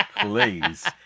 please